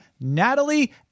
natalie